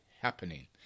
happening